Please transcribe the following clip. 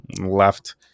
left